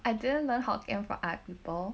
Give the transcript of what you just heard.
I didn't learn hokkien from for other people